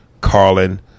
Carlin